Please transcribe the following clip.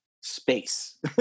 space